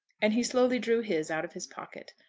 and he slowly drew his out of his pocket.